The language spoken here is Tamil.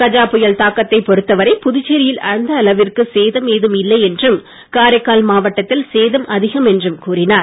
கஜா புயல் தாக்கத்தைப் பொறுத்தவரை புதுச்சேரியில் அந்த அளவிற்கு சேதம் ஏதும் இல்லை என்றும் காரைக்கால் மாவட்டத்தில் சேதம் அதிகம் என்றும் கூறினார்